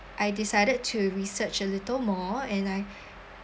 I decided to research a little more and I